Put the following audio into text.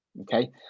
Okay